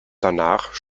danach